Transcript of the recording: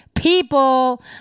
People